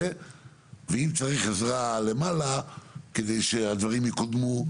ואם צריך עזרה למעלה כדי שהדברים יקודמו,